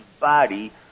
body